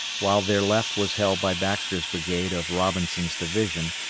while their left was held by baxter's brigade of robinson's division,